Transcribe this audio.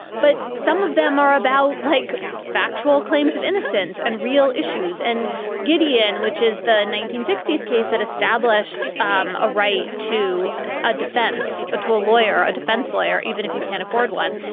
but some of them are about like factual claims of innocence and real issues. and gideon, which is the nineteen sixty s case that established um a right to a defense, to a lawyer, ah defense lawyer, even if you can't afford one.